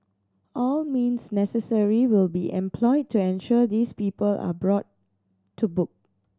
all means necessary will be employed to ensure these people are brought to book